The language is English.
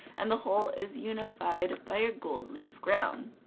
and the whole is unified by a gold-leaf ground.